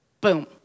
boom